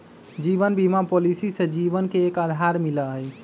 जीवन बीमा पॉलिसी से जीवन के एक आधार मिला हई